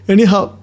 Anyhow